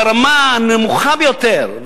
ברמה הנמוכה ביותר,